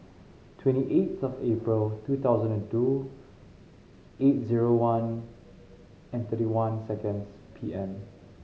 twenty eighth of April two thousand and two eight zero one and thirty one seconds P M